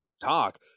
talk